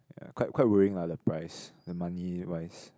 quite quite worrying lah the price the money wise